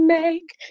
make